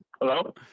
Hello